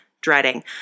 dreading